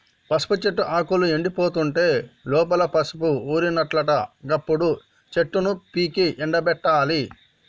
పసుపు చెట్టు ఆకులు ఎండిపోతుంటే లోపల పసుపు ఊరినట్లట గప్పుడు చెట్లను పీకి ఎండపెట్టాలి